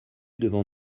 devant